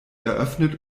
eröffnet